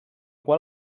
qual